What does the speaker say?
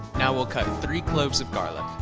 now we'll cut three cloves of garlic.